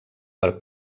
per